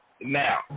Now